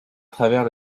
travers